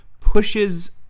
pushes